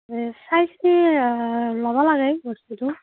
চাই চিতি ল'ব লাগে বস্তুটো